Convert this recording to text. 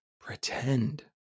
pretend